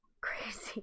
crazy